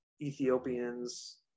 ethiopians